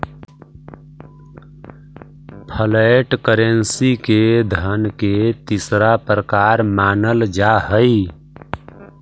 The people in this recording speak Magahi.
फ्लैट करेंसी के धन के तीसरा प्रकार मानल जा हई